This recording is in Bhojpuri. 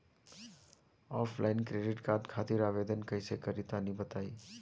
ऑफलाइन क्रेडिट कार्ड खातिर आवेदन कइसे करि तनि बताई?